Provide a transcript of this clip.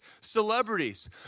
celebrities